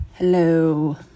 Hello